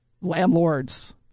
landlords